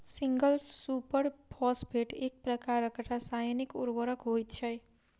single super phosphate एक प्रकारक रासायनिक उर्वरक होइत छै